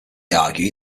argued